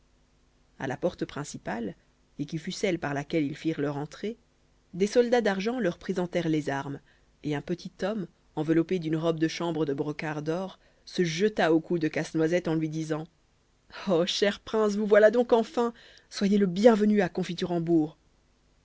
a la porte principale et qui fut celle par laquelle ils firent leur entrée des soldats d'argent leur présentèrent les armes et un petit homme enveloppé d'une robe de chambre de brocart d'or se jeta au cou de casse-noisette en lui disant oh cher prince vous voilà donc enfin soyez le bienvenu à